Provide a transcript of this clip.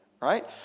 right